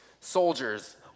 soldiers